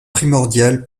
primordiale